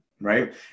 Right